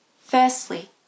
Firstly